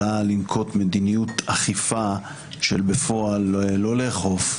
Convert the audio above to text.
יכולה לנקוט מדיניות אכיפה של בפועל לא לאכוף.